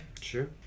sure